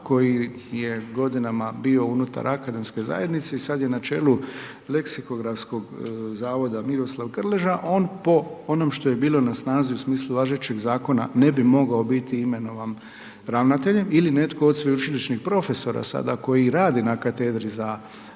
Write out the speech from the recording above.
koji je godinama bio unutar akademske zajednice i sada je na čelu Leksikografskog zavoda Miroslav Krleža, on po onom što je bilo na snazi u smislu važećeg zakona ne bi mogao biti imenovan ravnateljem, ili netko od sveučilišnih profesora sada koji rade na katedri za